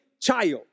child